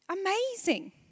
Amazing